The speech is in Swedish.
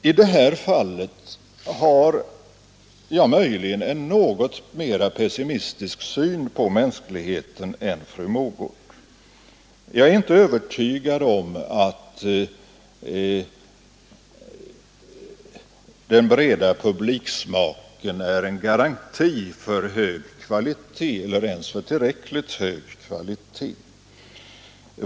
I det här fallet har jag möjligen en något mer pessimistisk syn på mänskligheten än fru Mogård. Jag är inte övertygad om att den breda publiksmaken är en garanti för hög kvalitet eller ens för tillräckligt hög kvalitet.